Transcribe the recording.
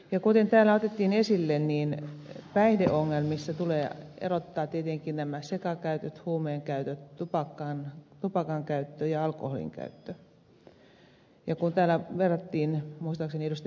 kuten täällä otettiin esille päihdeongelmissa tulee erottaa tietenkin nämä sekakäytöt huumeen käytöt tupakan käyttö ja alkoholin käyttö ja kun täällä verrattiin muistaakseni ed